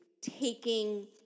taking